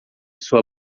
sua